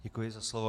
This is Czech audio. Děkuji za slovo.